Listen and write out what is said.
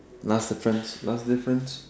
last difference last difference